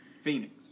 Phoenix